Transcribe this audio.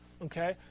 Okay